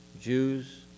Jews